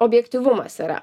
objektyvumas yra